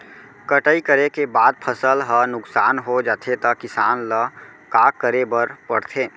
कटाई करे के बाद फसल ह नुकसान हो जाथे त किसान ल का करे बर पढ़थे?